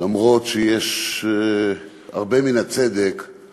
אף-על-פי שיש הרבה מן הצדק בטענה